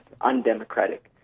undemocratic